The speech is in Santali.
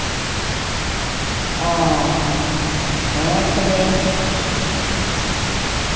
ᱚ ᱦᱮᱸ ᱛᱚᱵᱮ